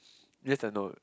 yes and no